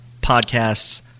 podcasts